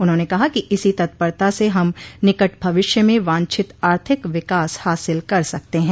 उन्होंने कहा कि इसी तत्परता से हम निकट भविष्य में वांछित आर्थिक विकास हासिल कर सकते हैं